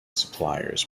suppliers